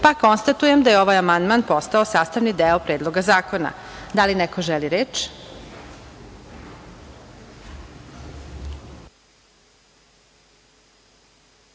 pa konstatujem da ovaj amandman postao sastavni deo Predloga zakona. Da li neko želi reč?